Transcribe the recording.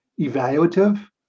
evaluative